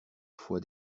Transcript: foi